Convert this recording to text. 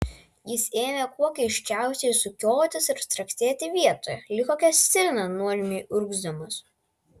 jis ėmė kuo keisčiausiai sukiotis ir straksėti vietoje lyg kokia stirna nuožmiai urgzdamas